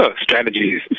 strategies